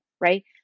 right